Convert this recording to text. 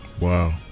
Wow